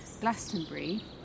Glastonbury